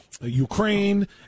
Ukraine